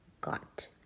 got